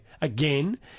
again